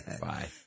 Bye